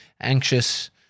anxious